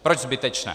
Proč zbytečné?